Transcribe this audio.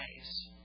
eyes